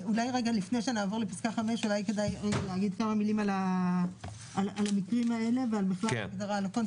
אולי לפני שנעבור לפסקה הבאה נגיד כמה מילים על המקרים הללו ועל ההגדרה.